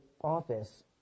Office